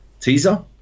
teaser